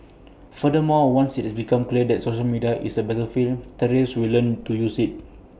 furthermore once IT becomes clear that social media is A battlefield terrorists will learn to use IT